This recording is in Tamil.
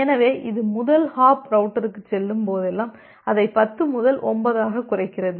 எனவே இது முதல் ஹாப் ரவுட்டருக்குச் செல்லும் போதெல்லாம் அதை 10 முதல் 9 ஆகக் குறைக்கிறது